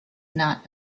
not